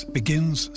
begins